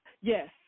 Yes